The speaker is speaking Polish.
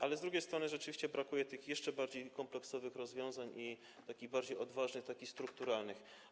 Ale z drugiej strony rzeczywiście brakuje tych jeszcze bardziej kompleksowych rozwiązań, takich bardziej odważnych, strukturalnych.